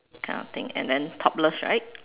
kind of thing and then topless right